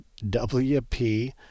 wp